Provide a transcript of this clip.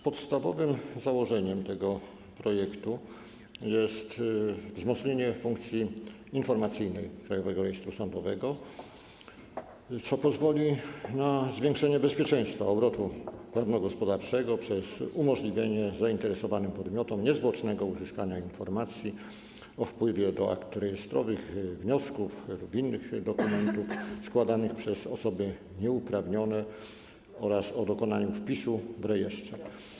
Podstawowym założeniem tego projektu jest wzmocnienie funkcji informacyjnej Krajowego Rejestru Sądowego, co pozwoli na zwiększenie bezpieczeństwa obrotu prawno-gospodarczego przez umożliwienie zainteresowanym podmiotom niezwłocznego uzyskania informacji o wpływie do akt rejestrowych wniosków lub innych dokumentów składanych przez osoby nieuprawnione oraz o dokonaniu wpisu w rejestrze.